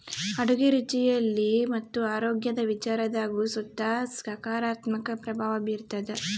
ಅಡುಗೆ ರುಚಿಯಲ್ಲಿ ಮತ್ತು ಆರೋಗ್ಯದ ವಿಚಾರದಾಗು ಸುತ ಸಕಾರಾತ್ಮಕ ಪ್ರಭಾವ ಬೀರ್ತಾದ